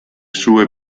sue